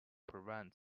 prevent